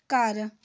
ਘਰ